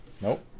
Nope